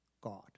God